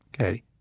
Okay